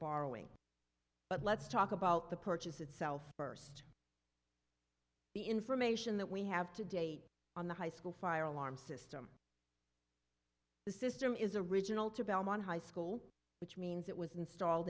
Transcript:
borrowing but let's talk about the purchase itself first the information that we have to date on the high school fire alarm system the system is a original to belmont high school which means it was installed